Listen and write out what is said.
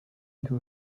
into